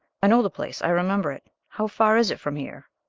i know the place i remember it. how far is it from here?